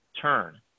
Turn